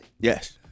Yes